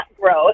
growth